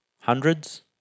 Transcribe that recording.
hundreds